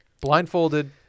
Blindfolded